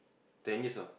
ten years old